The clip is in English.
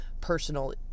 personal